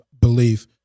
belief